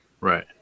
Right